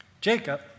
Jacob